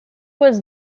was